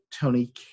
Tony